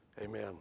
Amen